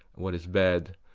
what is bad,